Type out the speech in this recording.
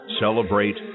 celebrate